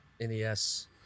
NES